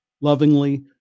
lovingly